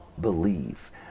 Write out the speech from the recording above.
believe